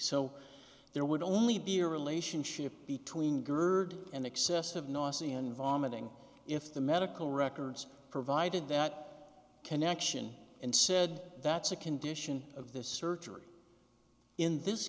so there would only be a relationship between gerd and excessive noisy and vomiting if the medical records provided that connection and said that's a condition of the surgery in this